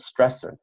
stressor